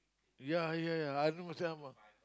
yeah yeah yeah I know them ah